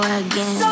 again